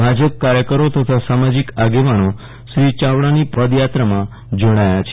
ભાજપ કાર્યકરો તથા સામાજિક આગેવાનો શ્રી ચાવડાની પદયાત્રામાં જોડાયા હતા